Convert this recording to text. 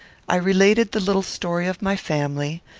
i related the little story of my family,